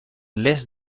less